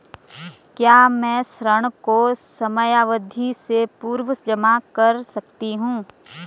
क्या मैं ऋण को समयावधि से पूर्व जमा कर सकती हूँ?